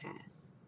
pass